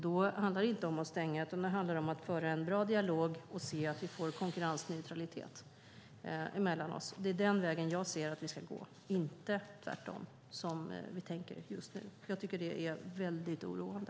Då handlar det inte om att stänga utan om att föra en bra dialog och se till att vi får konkurrensneutralitet mellan oss. Det är den vägen jag ser att vi ska gå, inte tvärtom som just nu sker. Jag tycker att det är mycket oroande.